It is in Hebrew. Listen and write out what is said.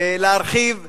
להרחיב בעניין.